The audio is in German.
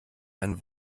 ein